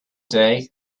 day